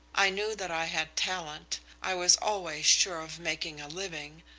i knew that i had talent, i was always sure of making a living,